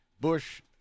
Bush